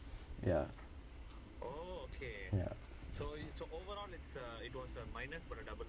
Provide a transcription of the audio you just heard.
ya ya